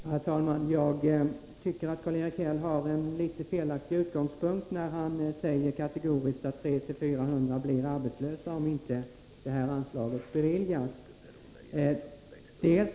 Herr talman! Jag tycker att Karl-Erik Häll har en något felaktig utgångspunkt när han så kategoriskt säger att 300-400 människor blir arbetslösa om inte detta anslag beviljas.